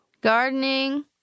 gardening